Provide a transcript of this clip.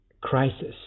crisis